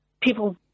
people